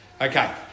Okay